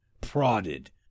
prodded